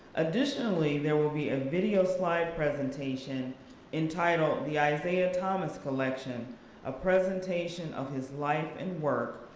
additionally, there will be a video slide presentation entitled, the isaiah thomas collection, a presentation of his life and work,